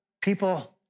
people